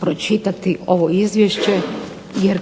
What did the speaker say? pročitati ovo izvješće jer